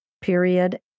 period